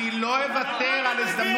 תן לבנט.